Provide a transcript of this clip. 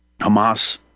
Hamas